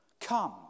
Come